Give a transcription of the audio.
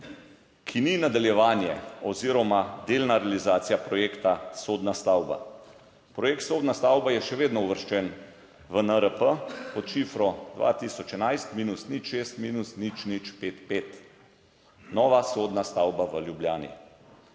ki ni nadaljevanje oziroma delna realizacija projekta sodna stavba. Projekt sodna stavba je še vedno uvrščen v NRP pod šifro 2011-06-005 nova sodna stavba v Ljubljani